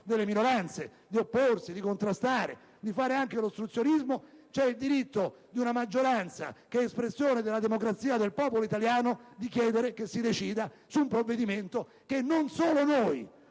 delle minoranze di opporsi, di contrastare, di fare anche ostruzionismo; c'è il diritto di una maggioranza, espressione della democrazia e del popolo italiano, di chiedere che si decida su un provvedimento che, non solo noi